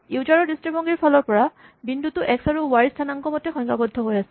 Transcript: user ৰ দৃষ্টিভংগীৰ ফালৰ পৰা বিন্দুটো এক্স আৰু ৱাই স্হানাংকৰ মতে সংজ্ঞাবদ্ধ হৈ আছে